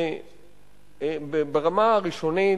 ברמה הראשונית,